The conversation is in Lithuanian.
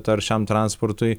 taršiam transportui